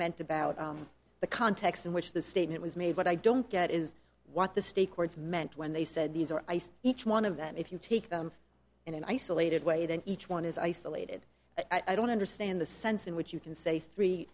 meant about the context in which the statement was made but i don't get is what the state courts meant when they said these are each one of them if you take them in an isolated way then each one is isolated i don't understand the sense in which you can say three